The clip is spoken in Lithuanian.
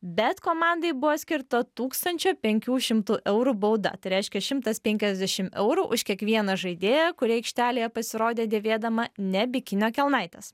bet komandai buvo skirta tūkstančio penkių šimtų eurų bauda tai reiškia šimtas penkiasdešimt eurų už kiekvieną žaidėją kuri aikštelėje pasirodė dėvėdama ne bikinio kelnaitės